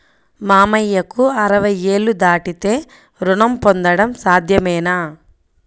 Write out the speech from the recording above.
మామయ్యకు అరవై ఏళ్లు దాటితే రుణం పొందడం సాధ్యమేనా?